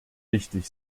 wichtig